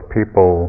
people